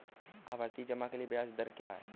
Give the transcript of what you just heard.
आवर्ती जमा के लिए ब्याज दर क्या है?